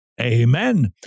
Amen